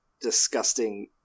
disgusting